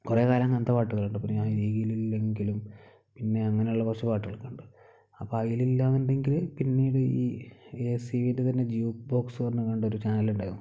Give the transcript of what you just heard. കുറേ കാലം അങ്ങനത്തെ പാട്ടുകുകളുണ്ട് പിന്നെ അരികിൽ ഇല്ലെങ്കിലും പിന്നെ അങ്ങനെയുള്ള കുറച്ചു പാട്ടുകളൊക്കെ ഉണ്ട് അപ്പം അതിൽ ഇല്ല എന്നുണ്ടെങ്കിൽ പിന്നീട് ഈ എസിവിൻ്റെ തന്നെ ജൂ ബോക്സ് പറഞ്ഞു കൊണ്ടൊരു ചാനൽ ഉണ്ടായിരുന്നു